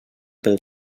pel